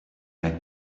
like